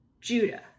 Judah